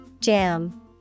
Jam